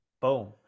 Boom